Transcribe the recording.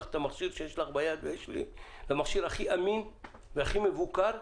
המכשיר שיש לך ביד למכשיר הכי אמין והכי מבוקר.